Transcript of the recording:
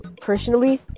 personally